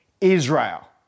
Israel